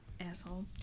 Asshole